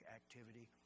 activity